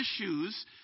issues